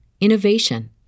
innovation